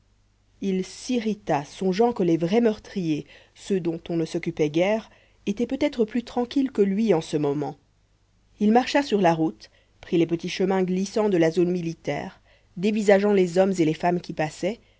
il s'irrita songeant que les vrais meurtriers ceux dont on ne s'occupait guère étaient peut-être plus tranquilles que lui en ce moment il marcha sur la route prit les petits chemins glissants de la zone militaire dévisageant les hommes et les femmes qui passaient